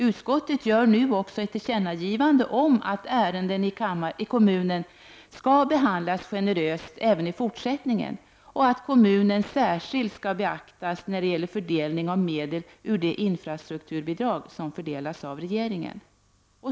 Utskottet gör nu också ett tillkännagivande om att ärenden i kommunen skall behandlas generöst även i fortsättningen och att kommunens behov särskilt skall beaktas via fördelning av medel ur det infrastrukturbidrag som handhas av regeringen.